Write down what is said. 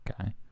Okay